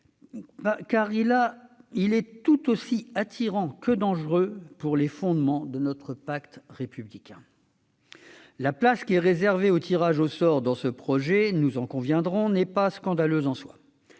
qu'il est tout aussi attirant que dangereux pour les fondements de notre pacte républicain. La place qui est réservée au tirage au sort dans ce projet, nous en conviendrons, n'est pas scandaleuse en soi.